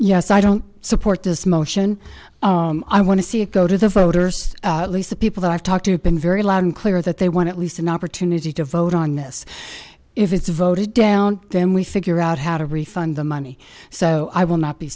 yes i don't support this motion i want to see it go to the voters at least the people i've talked to have been very loud and clear that they want at least an opportunity to vote on this if it's voted down then we figure out how to refund the money so i will not be